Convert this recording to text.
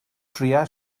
trïa